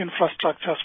infrastructure